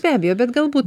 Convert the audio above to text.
be abejo bet galbūt